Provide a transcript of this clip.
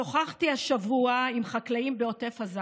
שוחחתי השבוע עם חקלאים בעוטף עזה,